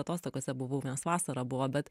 atostogose buvau nes vasara buvo bet